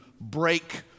break